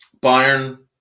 Bayern